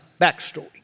backstory